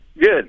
Good